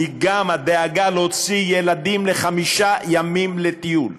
גם הדאגה להוציא את הילדים לחמישה ימים לטיול,